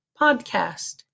Podcast